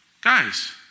Guys